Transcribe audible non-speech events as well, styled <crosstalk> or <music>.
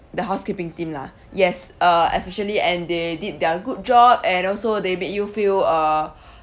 the housekeeping team lah yes uh especially and they did their good job and also they made you feel uh <breath>